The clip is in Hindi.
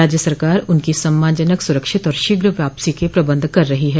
राज्य सरकार उनकी सम्मानजनक सुरक्षित और शीघ्र वापसी के प्रबन्ध कर रही है